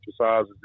exercises